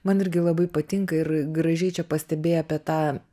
man irgi labai patinka ir gražiai čia pastebėjai apie tą